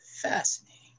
Fascinating